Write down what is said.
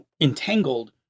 entangled